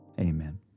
amen